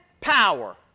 power